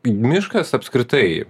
miškas apskritai